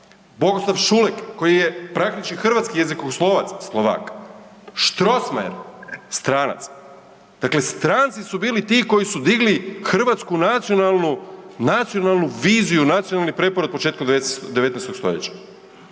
Bogoslav Šulek, koji je praktički hrvatski jezikoslovac, Slovak, Strossmayer, stranac. Dakle, stranci su bili ti koji su digli hrvatsku nacionalnu viziju, nacionalni preporod početkom 19. st. Nema